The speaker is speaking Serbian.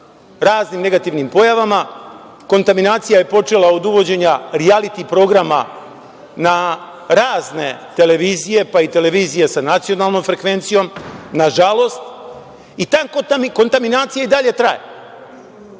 raznim negativnim pojavama. Kontaminacija je počela od uvođenja rijaliti programa na razne televizije, pa i televizije sa nacionalnom frekvencijom nažalost i ta kontaminacija i dalje traje,